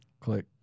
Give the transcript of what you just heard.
click